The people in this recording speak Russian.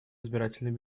избирательные